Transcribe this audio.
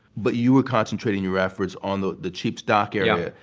but you were concentrating your efforts on the the cheap stock area.